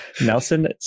Nelson